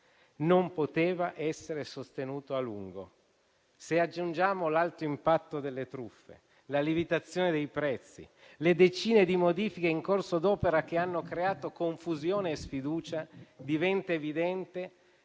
Non poteva essere sostenuto a lungo. Se aggiungiamo l'alto impatto delle truffe, la lievitazione dei prezzi, le decine di modifiche in corso d'opera che hanno creato confusione e sfiducia, diventa evidente